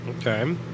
Okay